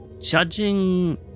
Judging